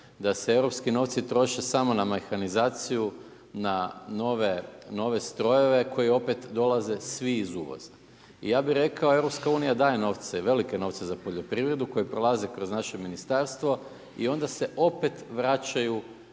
da se europski novci troše samo na mehanizaciju, na nove strojeve koji opet dolaze svi iz uvoza. Ja bih rekao EU daje novce, velike novce za poljoprivredu koji prolaze kroz naše ministarstvo i onda se opet vraćaju